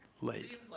late